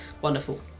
Wonderful